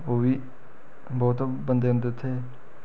ओह् बी बोह्त बंदे जंदे उत्थें